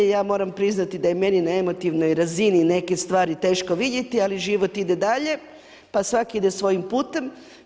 Ja moram priznati da je meni na emotivnoj razini neke stvari teško vidjeti ali život ide dalje, pa svaki ide svojim putem.